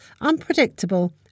unpredictable